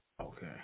Okay